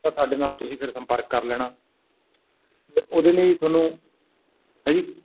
ਤਾਂ ਸਾਡੇ ਨਾਲ ਤੁਸੀਂ ਫਿਰ ਸੰਪਰਕ ਕਰ ਲੈਣਾ ਉਹਦੇ ਲਈ ਤੁਹਾਨੂੰ ਹੈਂ ਜੀ